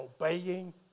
obeying